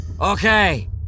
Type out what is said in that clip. Okay